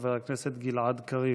חבר הכנסת גלעד קריב.